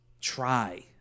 Try